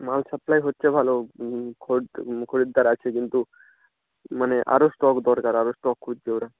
মাল সাপ্লাই হচ্ছে ভালো খো খরিদ্দার আছে কিন্তু মানে আরো স্টক দরকার আরো স্টক খুঁজছে ওরা